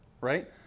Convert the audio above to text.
right